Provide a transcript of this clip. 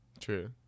True